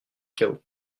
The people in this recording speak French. chaos